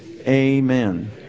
amen